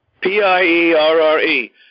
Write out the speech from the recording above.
P-I-E-R-R-E